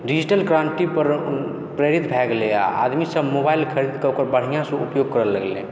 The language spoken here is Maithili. डिजिटल क्रान्तिपर प्रेरित भए गेलै आदमी सब मोबाइल खरीद कऽ ओकर बढ़िआँसँ उपयोग करै लगलै